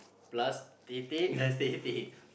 plus tete as tete